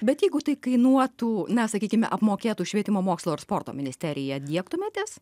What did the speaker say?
bet jeigu tai kainuotų na sakykime apmokėtų švietimo mokslo ir sporto ministerija diegtumėtės